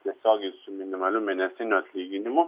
tiesiogiai su minimaliu mėnesiniu atlyginimu